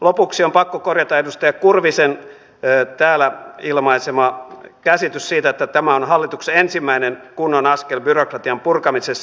lopuksi on pakko korjata edustaja kurvisen täällä ilmaisema käsitys siitä että tämä on hallituksen ensimmäinen kunnon askel byrokratian purkamisessa